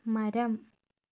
മരം